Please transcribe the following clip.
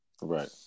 Right